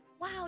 wow